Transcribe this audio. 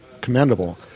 commendable